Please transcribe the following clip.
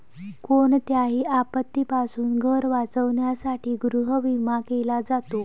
कोणत्याही आपत्तीपासून घर वाचवण्यासाठी गृहविमा केला जातो